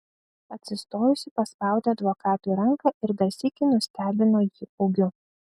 atsistojusi paspaudė advokatui ranką ir dar sykį nustebino jį ūgiu